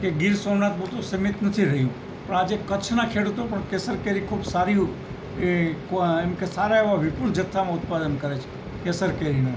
કે ગીર સોમનાથ પૂરતું સીમિત નથી રહ્યું પણ આજે કચ્છના ખેડૂતો પણ કેસર કેરી ખૂબ સારી એ એમ કે સારા એવા વિપુલ જથ્થામાં ઉત્પાદન કરે છે કેસર કેરીનું